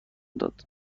داد